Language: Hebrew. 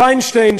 פיינשטיין,